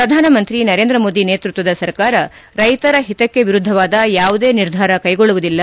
ಪ್ರಧಾನಮಂತ್ರಿ ನರೇಂದ್ರಮೋದಿ ನೇತೃತ್ವದ ಸರ್ಕಾರ ರೈತರ ಓತಕ್ಕೆ ಎರುದ್ಧವಾದ ಯಾವುದೇ ನಿರ್ಧಾರ ಕೈಗೊಳ್ಳುವುದಿಲ್ಲ